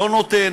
לא נותן.